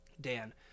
Dan